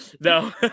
no